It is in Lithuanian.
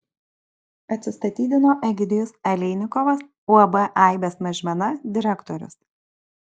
atsistatydino egidijus aleinikovas uab aibės mažmena direktorius